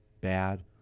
bad